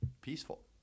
peaceful